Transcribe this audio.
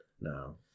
no